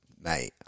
mate